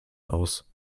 aus